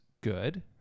good